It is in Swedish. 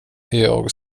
jag